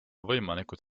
võimalikult